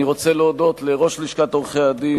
אני רוצה להודות לראש לשכת עורכי-הדין,